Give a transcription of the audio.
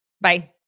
Bye